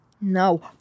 No